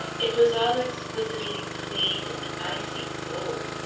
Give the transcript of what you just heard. it was all exquisitely clean and icy cold.